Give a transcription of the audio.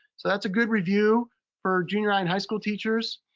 so that's a good review for junior high and high school teachers.